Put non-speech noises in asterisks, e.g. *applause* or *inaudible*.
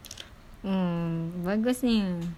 *noise* mm bagusnya